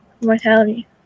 mortality